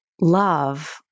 love